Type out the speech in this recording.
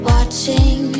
Watching